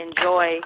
enjoy